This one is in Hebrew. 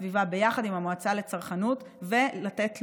הסביבה ביחד עם המועצה לצרכנות ולהגיש תלונה.